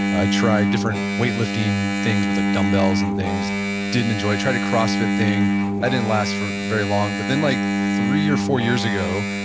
i tried different weightlifting things with like dumbbells and things didn't enjoy it. tried the crossfit thing that didn't last for very long. but then like three or four years ago,